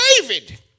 David